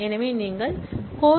எனவே நீங்கள் course